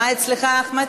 מה אצלך, אחמד?